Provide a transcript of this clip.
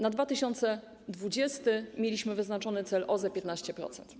Na rok 2020 mieliśmy wyznaczony cel OZE 15%.